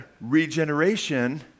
regeneration